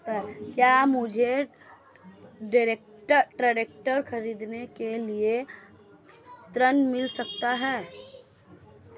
क्या मुझे ट्रैक्टर खरीदने के लिए ऋण मिल सकता है?